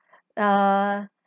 err